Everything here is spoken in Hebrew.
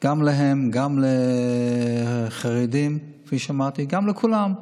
גם להם, גם לחרדים, כפי שאמרתי, גם לכולם.